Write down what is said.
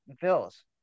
Bills